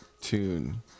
tune